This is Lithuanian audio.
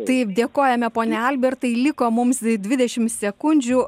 taip dėkojame pone albertai liko mums dvidešim sekundžių